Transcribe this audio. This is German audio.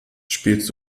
spielst